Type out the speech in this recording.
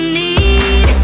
need